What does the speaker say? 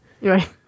Right